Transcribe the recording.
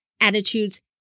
attitudes